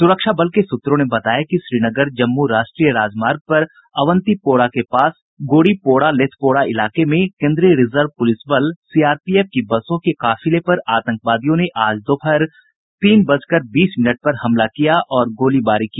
सुरक्षा बल के सूत्रों ने बताया कि श्रीनगर जम्मू राष्ट्रीय राजमार्ग पर अवंतीपोरा के गोरीपोरा लेथपोरा इलाके में केन्द्रीय रिजर्व पुलिस बल सीआरपीएफ की बसों के काफिले पर आतंकवादियों ने आज दोपहर बाद तीन बजकर बीस मिनट पर हमला किया और गोलीबारी की